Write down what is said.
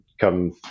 come